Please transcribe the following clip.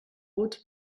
wood